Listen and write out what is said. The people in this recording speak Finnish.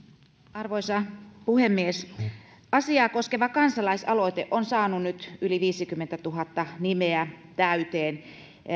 arvoisa puhemies asiaa koskeva kansalaisaloite on saanut nyt yli viisikymmentätuhatta nimeä täyteen